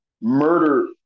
Murder